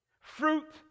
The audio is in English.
fruit